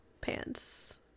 pants